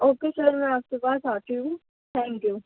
okay sir میں آپ کے پاس آتی ہوں تھینک یو